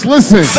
Listen